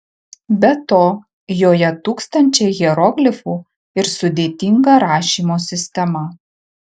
be to joje tūkstančiai hieroglifų ir sudėtinga rašymo sistema